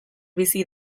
bizi